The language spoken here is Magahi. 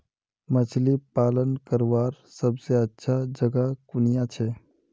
मछली पालन करवार सबसे अच्छा जगह कुनियाँ छे?